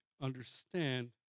understand